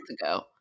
ago